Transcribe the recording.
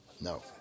no